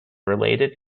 related